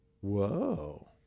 Whoa